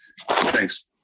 Thanks